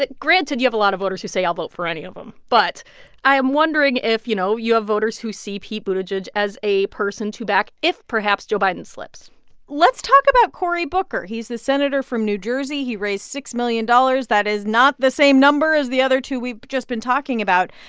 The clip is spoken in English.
granted, you have a lot of voters who say, i'll vote for any of them. but i am wondering if, you know, you have voters who see pete buttigieg as a person to back if, perhaps, joe biden slips let's talk about cory booker. he's the senator from new jersey. he raised six million dollars. that is not the same number as the other two we've just been talking about,